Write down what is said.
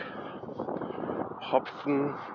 Hopfen